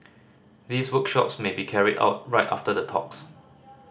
these workshops may be carried out right after the talks